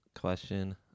question